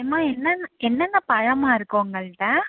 ஏம்மா என்னென்ன என்னென்ன பழம்மா இருக்குது உங்ககிட்ட